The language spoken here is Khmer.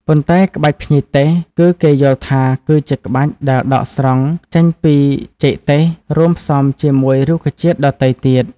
ប៉ុន្តែក្បាច់ភ្ញីទេស គឺគេយល់ថាគឺជាក្បាច់ដែលដកស្រង់ចេញពីចេកទេស រួមផ្សំជាមួយរុក្ខជាតិដ៏ទៃទៀត។